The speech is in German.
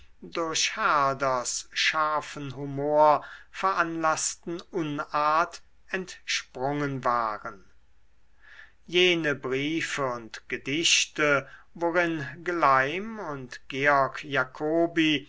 scharfen humor veranlaßten unart entsprungen waren jene briefe und gedichte worin gleim und georg jacobi